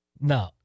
No